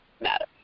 matter